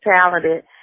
talented